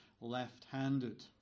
left-handed